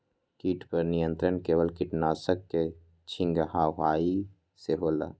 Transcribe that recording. किट पर नियंत्रण केवल किटनाशक के छिंगहाई से होल?